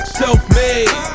self-made